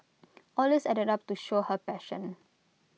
all these added up to show her passion